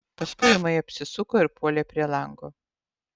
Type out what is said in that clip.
paskui ūmai apsisuko ir puolė prie lango